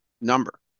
number